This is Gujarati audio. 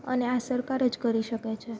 અને આ સરકાર જ કરી શકે છે